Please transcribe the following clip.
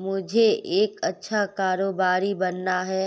मुझे एक अच्छा कारोबारी बनना है